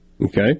Okay